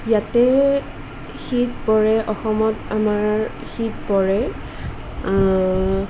ইয়াতে শীত পৰে অসমত আমাৰ শীত পৰে